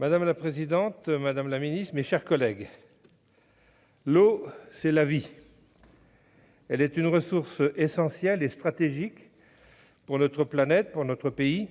Madame la présidente, madame la secrétaire d'État, mes chers collègues, l'eau, c'est la vie ! Elle est une ressource essentielle et stratégique pour notre planète comme pour notre pays.